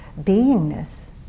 beingness